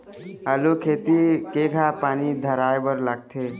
आलू खेती म केघा पानी धराए बर लागथे?